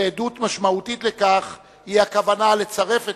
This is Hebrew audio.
ועדות משמעותית לכך היא הכוונה לצרף את